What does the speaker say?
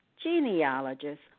genealogist